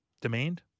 Demand